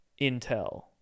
intel